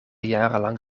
jarenlang